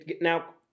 now